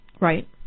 Right